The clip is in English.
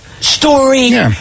story